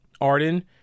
Arden